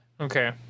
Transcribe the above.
Okay